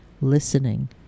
listening